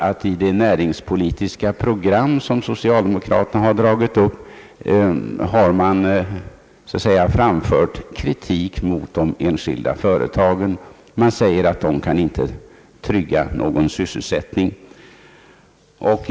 I det näringspolitiska program som socialdemokraterna har lagt fram kan man konstatera att kritik har framförts mot de enskilda företagen. Man säger att dessa inte kan trygga någon sysselsättning.